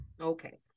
okay